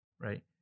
right